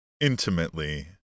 intimately